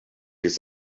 his